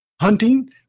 hunting